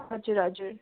हजुर हजुर